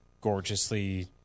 gorgeously